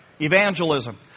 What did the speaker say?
evangelism